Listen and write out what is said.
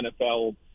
NFL –